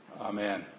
Amen